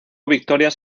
victorias